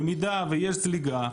במידה ויש זליגה,